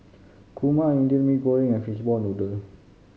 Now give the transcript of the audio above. kurma Indian Mee Goreng and fishball noodle